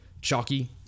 chalky